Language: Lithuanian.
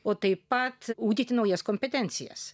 o taip pat ugdyti naujas kompetencijas